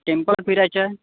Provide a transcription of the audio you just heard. temple फिरायचं आहे